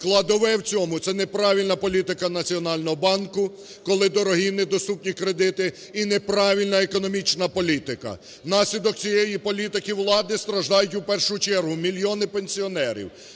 Складове в цьому – це неправильна політика Національного банку, коли дорогі і недоступні кредити, і неправильна економічна політика. Внаслідок цієї політики влади страждають у першу чергу мільйони пенсіонерів,